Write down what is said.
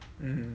mm